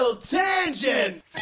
tangent